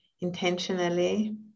intentionally